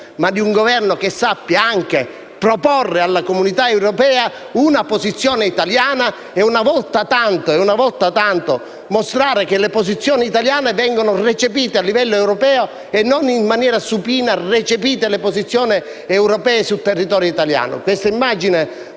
europea, ma sappia anche proporre alla comunità europea una posizione italiana e, una volta tanto, mostri che le posizioni italiane vengono recepite a livello europeo (e non che, in maniera supina, vengono recepite le posizioni europee sul territorio italiano).